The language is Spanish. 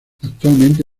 actualmente